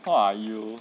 !wah! you